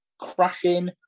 crashing